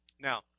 Now